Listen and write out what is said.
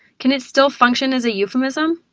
can it still function as a euphemism?